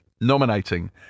nominating